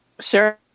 Sure